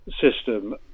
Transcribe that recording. system